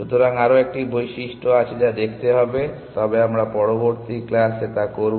সুতরাং আরও একটি বৈশিষ্ট্য আছে যা দেখতে হবে তবে আমরা পরবর্তী ক্লাসে তা করব